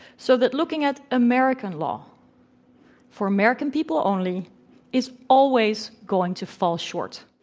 so that looking at american law for american people only is always going to fall short.